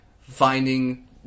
finding